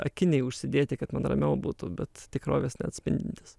akiniai užsidėti kad man ramiau būtų bet tikrovės neatspindintys